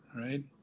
right